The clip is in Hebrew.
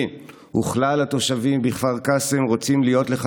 אני וכלל התושבים בכפר קאסם רוצים להיות לך